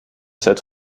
cette